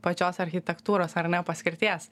pačios architektūros ar ne paskirties